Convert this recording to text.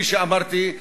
כפי שאמרתי,